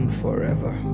forever